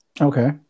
Okay